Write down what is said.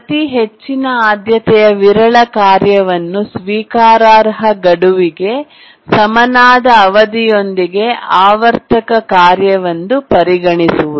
ಪ್ರತಿ ಹೆಚ್ಚಿನ ಆದ್ಯತೆಯ ವಿರಳ ಕಾರ್ಯವನ್ನು ಸ್ವೀಕಾರಾರ್ಹ ಗಡುವಿಗೆ ಸಮನಾದ ಅವಧಿಯೊಂದಿಗೆ ಆವರ್ತಕ ಕಾರ್ಯವೆಂದು ಪರಿಗಣಿಸುವುದು